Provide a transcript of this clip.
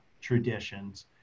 traditions